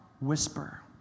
whisper